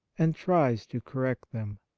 and tries to correct them.